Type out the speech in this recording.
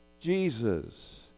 Jesus